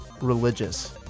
religious